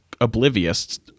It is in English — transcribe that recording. oblivious